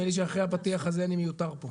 נדמה לי שאחרי הפתיח הזה אני מיותר פה.